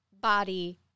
body